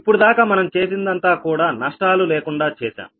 ఇప్పుడు దాకా మనం చేసిందంతా కూడా నష్టాలు లేకుండా చేశాం